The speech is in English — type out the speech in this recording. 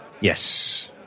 Yes